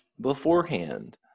beforehand